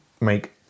make